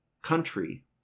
country